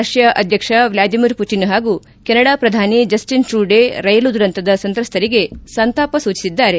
Russia ಅಧ್ಯಕ್ಷ Vladimir Putin ಹಾಗೂ Canada ಪ್ರಧಾನಿ ಜಸ್ಟಿನ್ ಟ್ರೂಡೆ ರೈಲು ದುರಂತದ ಸಂತ್ರಸ್ತರಿಗೆ ಸಂತಾಪ ಸೂಚಿಸಿದ್ದಾರೆ